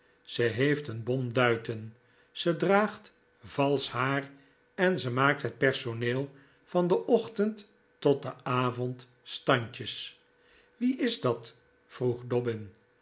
ze heeft een bom duiten ze draagt valsch haar en ze maakt het personeel van den ochtend tot den avond standjes wie is dat vroeg dobbin